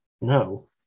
No